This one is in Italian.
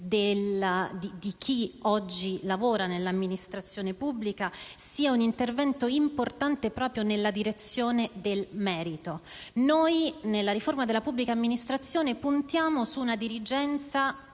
di chi oggi lavora nell'amministrazione pubblica, sia importante proprio nella direzione del merito. Nella riforma della pubblica amministrazione puntiamo su una dirigenza